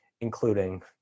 including